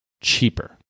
cheaper